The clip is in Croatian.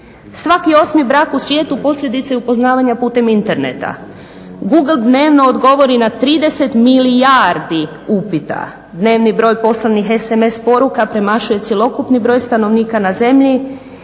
Svaki 8 brak u svijetu posljedica je upoznavanja putem interneta. Google dnevno odgovori na 30 milijardi upita, dnevni broj poslanih SMS poruka premašuje cjelokupni broj stanovnika na zemlji,